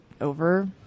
over